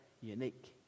unique